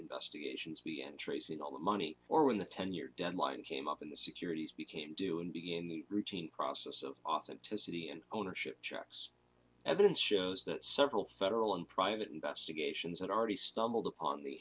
investigations be entries in all the money or when the ten year deadline came up in the securities became due and begin the routine process of authenticity and ownership checks evidence shows that several federal and private investigations that already stumbled upon the